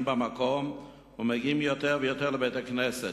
במקום ומגיעים יותר ויותר לבית-הכנסת,